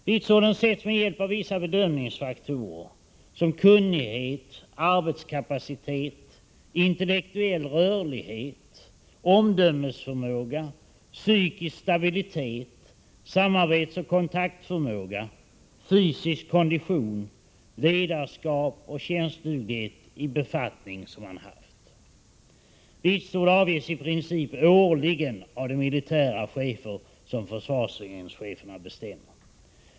Vitsorden sätts med hjälp av vissa bedömningsfaktorer — såsom kunnighet, arbetskapacitet, intellektuell rörlighet, omdömesförmåga, psykisk stabilitet, samarbetsoch kontaktförmåga, fysisk kondition, ledarskap och tjänstduglighet i befattning som man haft. Vitsord avges i princip årligen av de militära chefer som försvarsgrenscheferna bestämmer.